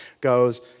Goes